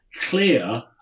clear